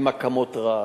הן הקמות רעש.